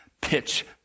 pitch